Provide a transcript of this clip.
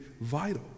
vital